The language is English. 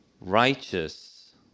righteous